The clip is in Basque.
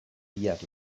bihar